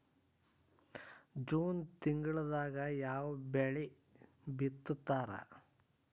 June ತಿಂಗಳದಾಗ ಯಾವ ಬೆಳಿ ಬಿತ್ತತಾರ?